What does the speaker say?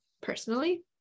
personally